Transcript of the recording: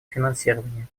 финансирование